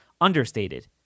understated